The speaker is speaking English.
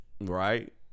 Right